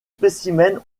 spécimens